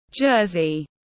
Jersey